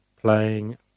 playing